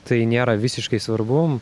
tai nėra visiškai svarbu